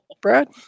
Brad